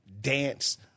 dance